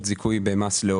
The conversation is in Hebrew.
ויש מקרים כאלה.